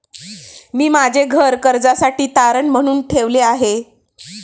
मी माझे घर कर्जासाठी तारण म्हणून ठेवले आहे